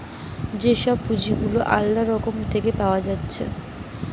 যে সব পুঁজি গুলা আলদা রকম থেকে পাওয়া যাইতেছে